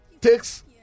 takes